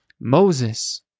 Moses